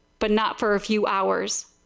but not for few hours.